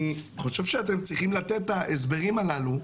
אני חושב שאתם צריכים לתת את ההסברים הללו,